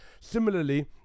Similarly